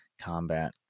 combat